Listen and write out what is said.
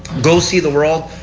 go see the world.